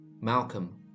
Malcolm